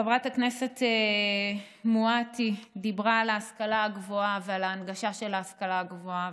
חברת הכנסת מואטי דיברה על ההשכלה הגבוהה ועל ההנגשה של ההשכלה הגבוהה.